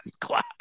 class